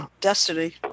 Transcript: destiny